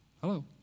Hello